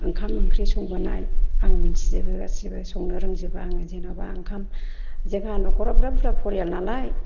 ओंखाम ओंख्रि संबोनाय आं मिथिजोबो गासिबो संनो रोंजोबो आङो जेन'बा ओंखाम जोंहा नखराव बिराथ बुरजा फरियाल नालाय